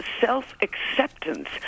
self-acceptance